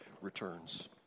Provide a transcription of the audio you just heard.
returns